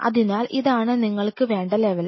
അതിനാൽ ഇതാണ് നിങ്ങള്ക്ക് വേണ്ട ലെവൽ